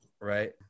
Right